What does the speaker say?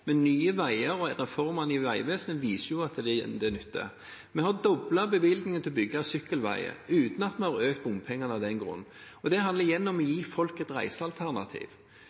men Nye Veier og reformene i Vegvesenet viser at det nytter. Vi har doblet bevilgningene til å bygge sykkelveier, uten at vi har økt bompengene av den grunn. Det handler igjen om å gi folk et reisealternativ.